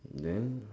then